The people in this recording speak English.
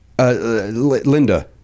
Linda